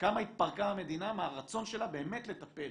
כמה התפרקה המדינה מהרצון שלה באמת לטפל